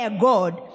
God